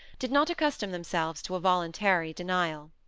did not accustom themselves to a voluntary denial.